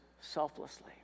selflessly